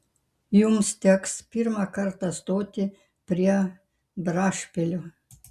jums teks pirmą kartą stoti prie brašpilio